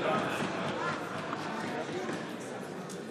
פעיל טרור שמקבל תגמול עבור ביצוע מעשה טרור,